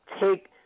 take –